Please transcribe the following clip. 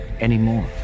anymore